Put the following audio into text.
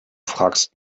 fragst